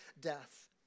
death